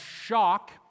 shock